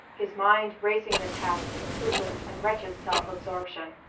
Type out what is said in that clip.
his mind racing the paths of fruitless and wretched self-absorption.